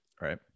Right